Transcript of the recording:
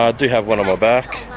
i do have one on my back.